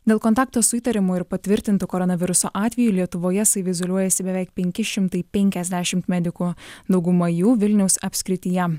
dėl kontakto su įtariamų ir patvirtintų koronaviruso atvejų lietuvoje saviizoliuojasi beveik penki šimtai penkiasdešimt medikų dauguma jų vilniaus apskrityje